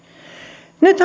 nyt